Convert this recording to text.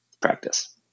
practice